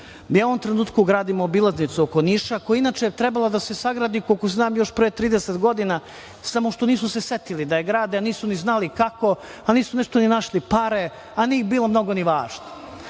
Mi u ovom trenutku gradimo obilaznicu oko Niša, koja je inače trebala da se sagradi, koliko znam, još pre 30 godina, samo što nisu se setili da je grade, a nisu ni znali kako, a nisu nešto ni našli pare, a nije im bilo mnogo ni važno,